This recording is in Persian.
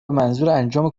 منظورانجام